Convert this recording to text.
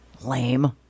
Lame